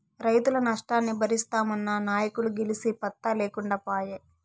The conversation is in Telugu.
రైతుల నష్టాన్ని బరిస్తామన్న నాయకులు గెలిసి పత్తా లేకుండా పాయే